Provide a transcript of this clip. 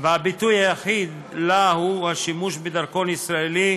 והביטוי היחיד לה הוא השימוש בדרכון ישראלי,